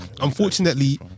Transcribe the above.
unfortunately